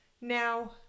now